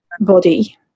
body